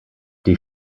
die